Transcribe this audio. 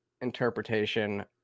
interpretation